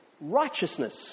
righteousness